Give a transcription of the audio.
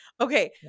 Okay